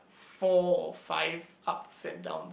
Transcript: four or five ups and downs